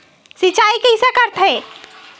सिंचाई कइसे करथे?